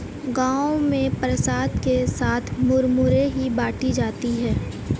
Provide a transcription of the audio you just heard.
गांव में प्रसाद के साथ साथ मुरमुरे ही बाटी जाती है